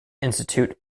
institute